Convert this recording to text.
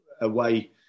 away